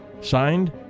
Signed